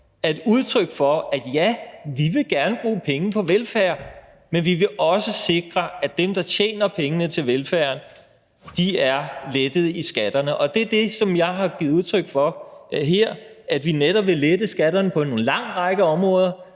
er et udtryk for, at ja, vi vil gerne bruge penge på velfærd, men vi vil også sikre, at dem, der tjener pengene til velfærden, har fået lettet skatterne. Og det er det, som jeg har givet udtryk for her: at vi netop vil lette skatterne på en lang række områder